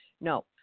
No